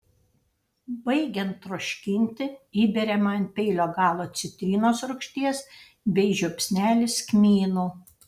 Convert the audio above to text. baigiant troškinti įberiama ant peilio galo citrinos rūgšties bei žiupsnelis kmynų